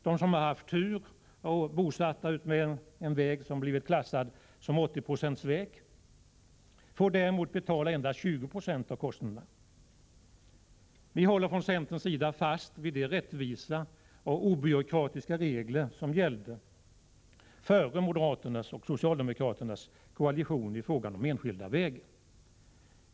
De som haft tur och är bosatta utmed vägar som blivit klassade som 80-procentsvägar får däremot betala endast 20 26 av kostnaderna. Vi håller från centerns sida fast vid de rättvisa och obyråkratiska regler som gällde före moderaternas och socialdemokraternas koalition i frågan om enskilda vägar.